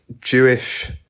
Jewish